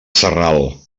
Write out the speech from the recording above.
sarral